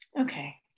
okay